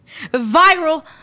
Viral